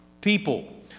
people